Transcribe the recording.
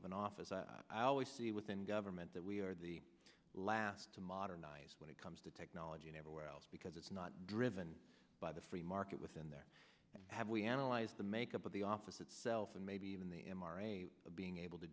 of an office i always see within government that we are the last to modernize when it comes to technology and everywhere else because it's not driven by the free market within their head we analyze the makeup of the office itself and maybe even the m r a of being able to